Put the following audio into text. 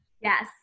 Yes